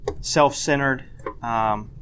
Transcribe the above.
Self-centered